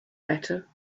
better